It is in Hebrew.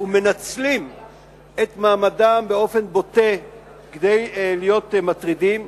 ומנצלים את מעמדם באופן בוטה כדי להיות מטרידים,